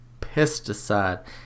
pesticide